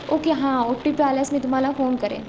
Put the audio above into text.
okay हां O T P आल्यास मी तुम्हाला फोन करेन